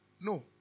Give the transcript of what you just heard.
No